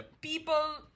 people